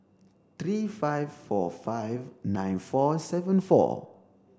three five four five nine four seven four